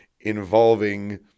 involving